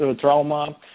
trauma